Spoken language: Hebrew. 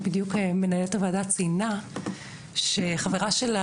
בדיוק מנהלת הוועדה ציינה שחברה שלה